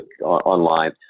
online